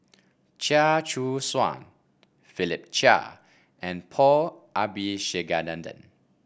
Chia Choo Suan Philip Chia and Paul Abisheganaden